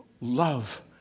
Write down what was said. love